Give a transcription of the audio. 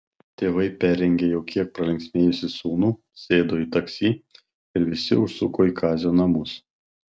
tėvai perrengė jau kiek pralinksmėjusį sūnų sėdo į taksi ir visi užsuko į kazio namus